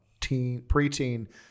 preteen